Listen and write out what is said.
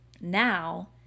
now